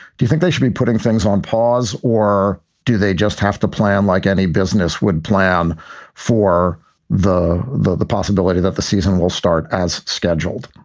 do you think they should be putting things on pause? or do they just have to plan like any business would plan for the the possibility that the season will start as scheduled?